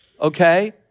okay